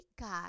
God